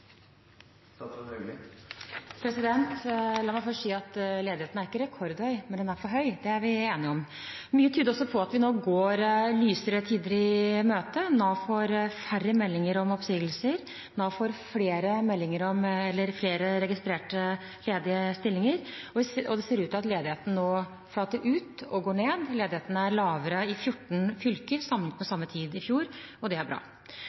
La meg først si at ledigheten ikke er rekordhøy – men at den er for høy, er vi enige om. Mye tyder også på at vi nå går lysere tider i møte. Nav får færre meldinger om oppsigelser. Nav får flere registrerte ledige stillinger. Det ser ut til at ledigheten nå flater ut og går ned. Ledigheten er lavere i 14 fylker sammenlignet med samme tid i fjor, og det er bra.